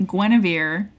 Guinevere